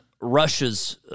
Russia's